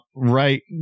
Right